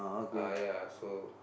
uh ya so